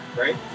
right